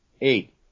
eight